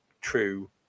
true